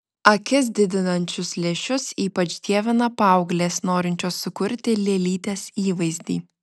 akis didinančius lęšius ypač dievina paauglės norinčios sukurti lėlytės įvaizdį